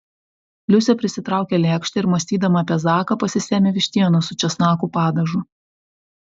liusė prisitraukė lėkštę ir mąstydama apie zaką pasisėmė vištienos su česnakų padažu